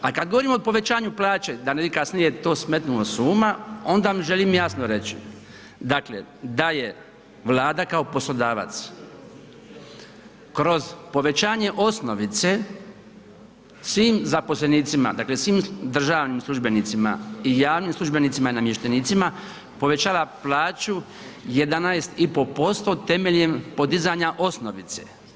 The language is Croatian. A kad govorimo o povećanju plaće da ne bih kasnije to smetnuo s uma onda želim jasno reći dakle da je Vlada kao poslodavac, kroz povećanje osnovice svim zaposlenicima, dakle svim državnim službenicima i javnim službenicima i namještenicima povećala plaću 11,5% temeljem podizanja osnovice.